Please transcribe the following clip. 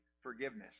forgiveness